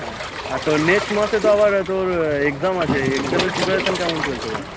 হ্যাঁ আর তোর নেক্সট মাসে তো আবার তোর এক্সাম আছে এক্সামের প্রিপারেশান কেমন চলছে বল